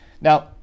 Now